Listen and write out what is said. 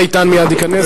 מיכאל איתן מייד ייכנס.